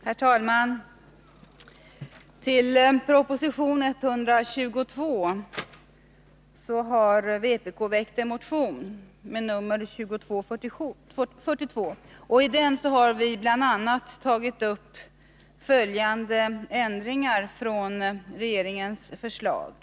Herr talman! I anslutning till proposition 122 har vpk väckt en motion, nr 2242, och i den har vi bl.a. tagit upp följande ändringar av regeringens förslag.